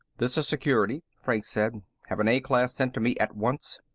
this is security, franks said. have an a-class sent to me at once.